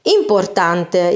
importante